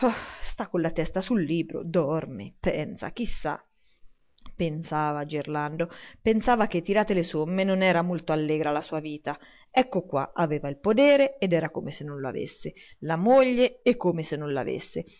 sta con la testa sul libro dorme pensa chi sa pensava gerlando pensava che tirate le somme non era molto allegra la sua vita ecco qua aveva il podere ed era come se non lo avesse la moglie e come se non